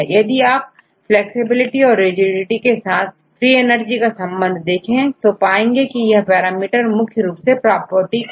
यदि आप फ्लैक्सिबिलिटी औरrigidity के साथ फ्री एनर्जी का संबंध देखें तो समझेंगे कि यह पैरामीटर मुख्य रूप से प्रॉपर्टी को प्रभावित करता है